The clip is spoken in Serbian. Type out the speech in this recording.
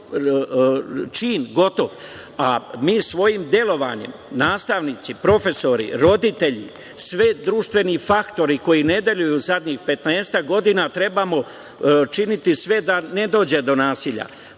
već gotov čin. Svojim delovanjem mi nastavnici, profesori, roditelji, sve društveni faktori koji ne deluju zadnjih petnaestak godina, trebamo činiti sve da ne dođe do nasilja.